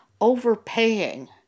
overpaying